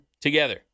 together